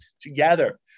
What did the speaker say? together